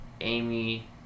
Amy